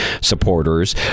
supporters